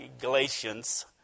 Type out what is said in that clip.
Galatians